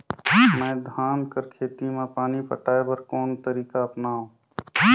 मैं धान कर खेती म पानी पटाय बर कोन तरीका अपनावो?